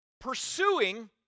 pursuing